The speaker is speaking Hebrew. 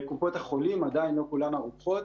קופות החולים עדיין לא כולן ערוכות.